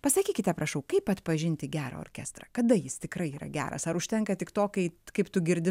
pasakykite prašau kaip atpažinti gerą orkestrą kada jis tikrai yra geras ar užtenka tik to kai kaip tu girdi